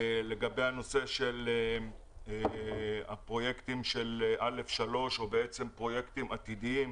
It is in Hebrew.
לגבי הפרויקטים של א'3, או בעצם פרויקטים עתידיים,